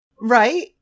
Right